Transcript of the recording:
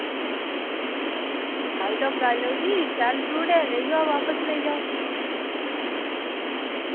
कराई लाओ कराई लाओ जी शैल फ्रूट ऐ लेई जाओ बापस लेई जाओ